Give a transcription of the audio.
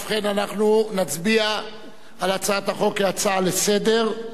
ובכן אנחנו נצביע על הצעת החוק כהצעה לסדר-היום,